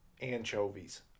anchovies